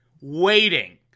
waiting